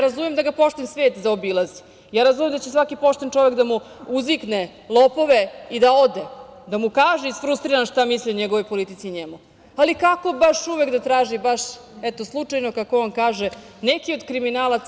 Razumem da ga pošten svet zaobilazi, razumem da će svaki pošten čovek da mu uzvikne – lopove i da ode, da mu kaže isfrustriran šta misli o njegovoj politici i njemu, ali kako baš uvek da traži baš eto, slučajno kako on kaže, neke od kriminalaca.